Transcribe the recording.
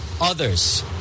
others